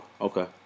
okay